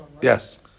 Yes